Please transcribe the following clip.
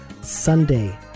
Sunday